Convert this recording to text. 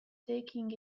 taking